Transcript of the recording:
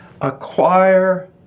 acquire